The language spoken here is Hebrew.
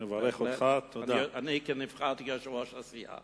אני נבחרתי כיושב-ראש הסיעה